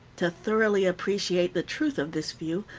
to thoroughly appreciate the truth of this view,